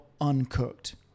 uncooked